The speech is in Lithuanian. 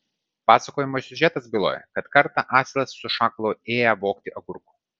pasakojimo siužetas byloja kad kartą asilas su šakalu ėję vogti agurkų